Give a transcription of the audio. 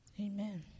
Amen